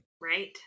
Right